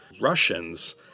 Russians